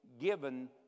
given